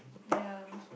ya